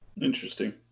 Interesting